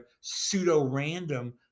pseudo-random